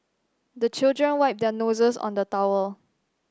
the children wipe their noses on the towel